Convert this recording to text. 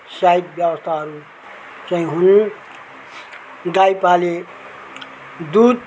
side व्यवस्थाहरू चाहिँ हुन् गाई पाले दुध